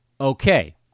Okay